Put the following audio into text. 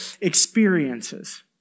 experiences